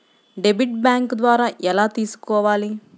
Debit bank ద్వారా ఎలా తీసుకోవాలి?